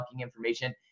information